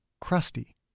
crusty